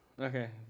Okay